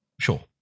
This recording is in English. sure